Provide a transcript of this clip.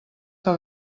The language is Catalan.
que